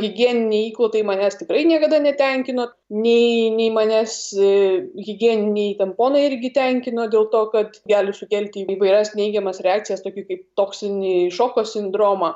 higieniniai įklotai manęs tikrai niekada netenkino nei nei manęs higieniniai tamponai irgi tenkino dėl to kad gali sukelti įvairias neigiamas reakcijas tokį kaip toksinį šoko sindromą